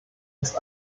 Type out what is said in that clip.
ist